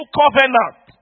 covenant